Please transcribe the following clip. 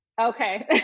Okay